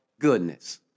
goodness